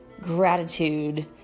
gratitude